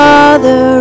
Father